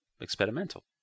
experimental